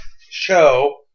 show